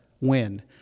win